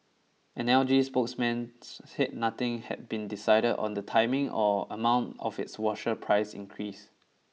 an L G spokesman nothing had been decided on the timing or amount of its washer price increase